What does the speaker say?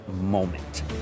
moment